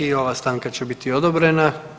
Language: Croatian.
I ova stanka će biti odobrena.